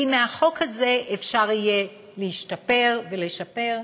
כי מהחוק הזה אפשר יהיה להשתפר ולשפר.